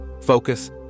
focus